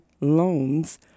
loans